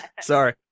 Sorry